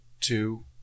two